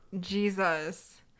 Jesus